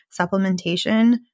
supplementation